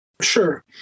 Sure